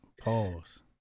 pause